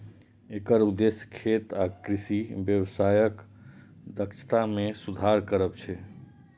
एकर उद्देश्य खेत आ कृषि व्यवसायक दक्षता मे सुधार करब छै